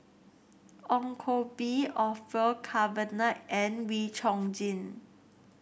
Ong Koh Bee Orfeur Cavenagh and Wee Chong Jin